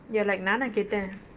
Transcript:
you're like நானா கேட்டேன்:naana ketten